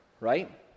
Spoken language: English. right